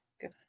good